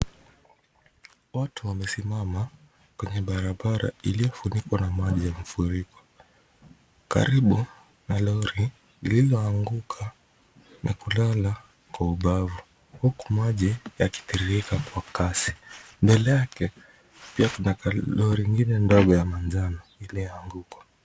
Watu wamesimama kwenye barabara iliyofunikwa na maji ya mafuriko, karibu na lori lililoanguka na kulala kwa ubavu, huku maji yakitiririka kwa kasi. Mbele yake pia kuna lori ingine ndogo ya manjano iliyoanguka.